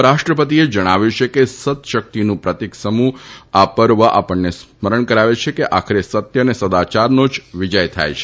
ઉપરાષ્ટ્રપતિએ જણાવ્યું છે કે સદ્શક્તિનું પ્રતિક સમુ આ પર્વ આપણને સ્મરણ કરાવે છે કે આખરે સત્ય અને સદાયારનો જ વિજય થાય છે